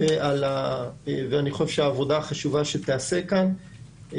ועל העבודה החשובה שתיעשה כאן.